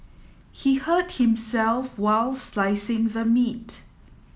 he hurt himself while slicing the meat